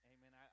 Amen